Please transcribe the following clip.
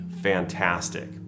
fantastic